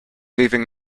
leaving